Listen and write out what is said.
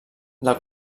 del